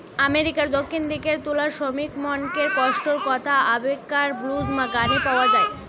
আমেরিকার দক্ষিণ দিকের তুলা শ্রমিকমনকের কষ্টর কথা আগেকিরার ব্লুজ গানে পাওয়া যায়